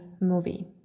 movie